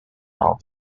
now